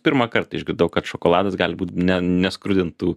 pirmąkart išgirdau kad šokoladas gali būt ne neskrudintų